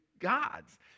God's